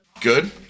Good